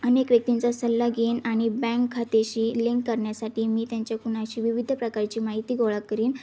अनेक व्यक्तींचा सल्ला घेईन आणि बँक खात्याशी लिंक करण्यासाठी मी त्यांच्याकडून अशी विविध प्रकारची माहिती गोळा करेन